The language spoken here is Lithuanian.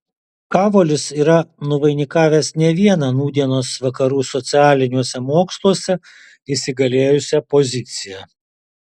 kavolis yra nuvainikavęs ne vieną nūdienos vakarų socialiniuose moksluose įsigalėjusią poziciją